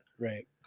Right